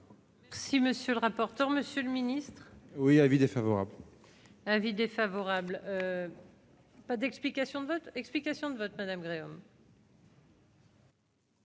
Si monsieur le rapporteur, monsieur le Ministre, oui : avis défavorable invite défavorable. Pas d'explication de vote, explications de vote, madame Gréaume.